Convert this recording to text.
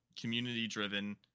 community-driven